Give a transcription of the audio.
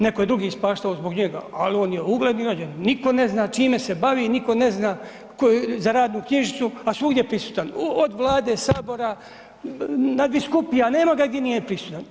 Neko je drugi ispaštao zbog njega, ali on je ugledni građanin, niko ne zna čime se bavi i niko ne zna za radnu knjižicu a svugdje je prisutan, od Vlade, Sabora, nadbiskupija, nema ga gdje nije prisutan.